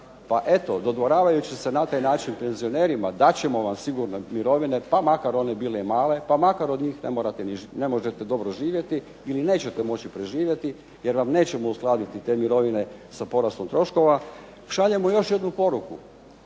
Pa eto, dodvoravajući se na taj način penzionerima dat ćemo vam sigurno mirovine, pa makar one bile i male, pa makar od njih ne možete dobro živjeti ili nećete moći preživjeti jer vam nećemo uskladiti te mirovine sa porastom troškova šaljemo još jednu poruku.